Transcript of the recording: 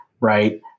right